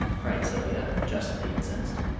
cried sylvia, justly incensed,